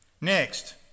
Next